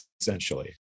essentially